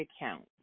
account